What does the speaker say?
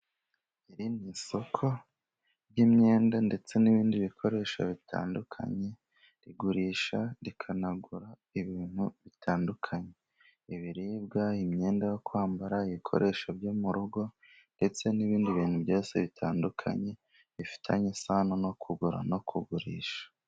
Iri ni soko ry'imyenda ndetse n'ibindi bikoresho bitandukanye. Rigurisha rikanagura ibintu bitandukanye,, ibiribwa imyenda yo kwambara, ibikoresho byo mu rugo, ndetse n'ibindi bintu byose bitandukanye bifitanye isano no kugura no kugurisha.